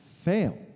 fail